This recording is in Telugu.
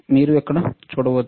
మీరు ఇక్కడ చూడవచ్చు